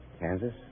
Kansas